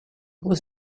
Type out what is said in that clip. was